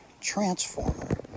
transformer